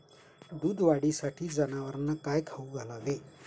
दूध वाढीसाठी जनावरांना काय खाऊ घालावे?